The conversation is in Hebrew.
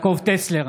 יעקב טסלר,